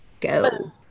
go